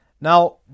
Now